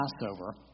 Passover